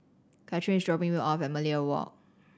Katheryn is dropping me off at Millenia Walk